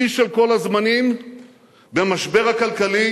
שיא של כל הזמנים במשבר הכלכלי